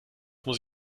muss